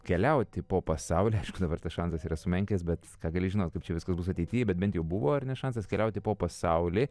keliauti po pasaulį dabar tas šansas yra sumenkęs bet ką gali žinot kaip čia viskas bus ateity bet bent jau buvo ar ne šansas keliauti po pasaulį